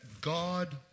God